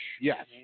Yes